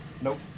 Nope